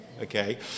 Okay